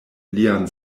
lian